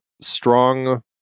strong